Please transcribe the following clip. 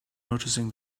noticing